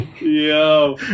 Yo